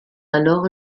alors